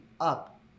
up